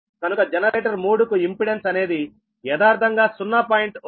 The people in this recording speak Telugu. కనుక జనరేటర్ 3 కు ఇంపెడెన్స్ అనేది యదార్ధంగా 0